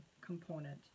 component